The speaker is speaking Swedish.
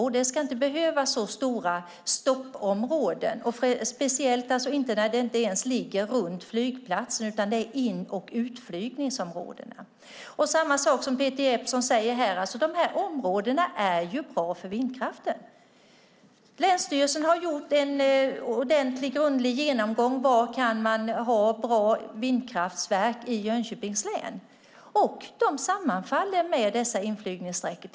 Det ska inte behövas så stora stoppområden, speciellt när de inte ens ligger runt flygplatserna utan vid in och utflygningsområdena. Och som Peter Jeppsson säger här är de här områdena bra för vindkraften. Länsstyrelsen har gjort en ordentlig och grundlig genomgång av var det går bra att ha bra vindkraftverk i Jönköpings län, och det sammanfaller med försvarets inflygningssträckor.